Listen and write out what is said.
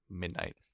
midnight